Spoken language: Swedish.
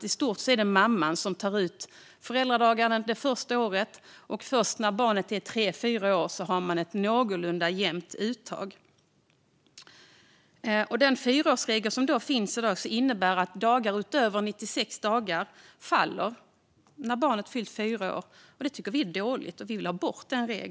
I stort är det mamman som tar ut föräldradagar det första året, och först när barnet är tre fyra år har man ett någorlunda jämnt uttag. Den fyraårsregel som finns i dag innebär att dagar utöver 96 dagar förfaller när barnet fyllt fyra år. Det tycker vi är dåligt, och vi vill ha bort den regeln.